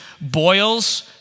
boils